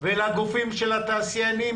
ולגופי התעשיינים,